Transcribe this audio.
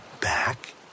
back